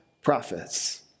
prophets